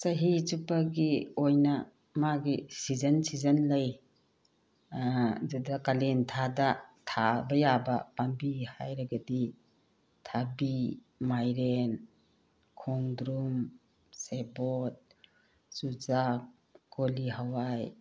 ꯆꯍꯤ ꯆꯨꯞꯄꯒꯤ ꯑꯣꯏꯅ ꯃꯥꯒꯤ ꯁꯤꯖꯟ ꯁꯤꯖꯟ ꯂꯩ ꯑꯗꯨꯗ ꯀꯥꯂꯦꯟ ꯊꯥꯗ ꯊꯥꯕ ꯌꯥꯕ ꯄꯥꯝꯕꯤ ꯍꯥꯏꯔꯒꯗꯤ ꯊꯕꯤ ꯃꯥꯏꯔꯦꯟ ꯈꯣꯡꯗ꯭ꯔꯨꯝ ꯁꯦꯕꯣꯠ ꯆꯨꯖꯥꯛ ꯀꯣꯂꯤ ꯍꯋꯥꯏ